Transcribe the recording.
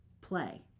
play